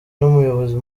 n’umuyobozi